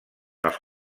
els